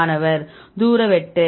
மாணவர் தூர வெட்டு